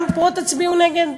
גם כן פה תצביעו נגד?